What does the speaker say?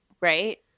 right